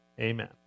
Amen